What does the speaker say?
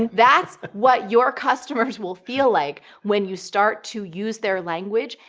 that's what your customers will feel like when you start to use their language,